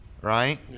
right